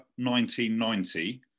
1990